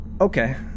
Okay